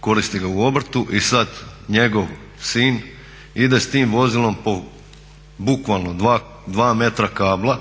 koristi ga u obrtu i sad njegov sin ide s tim vozilom po, bukvalno 2 metra kabla,